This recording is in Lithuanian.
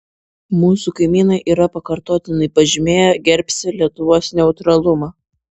mūsų kaimynai yra pakartotinai pažymėję gerbsią lietuvos neutralumą